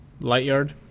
Lightyard